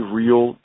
real